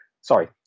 Sorry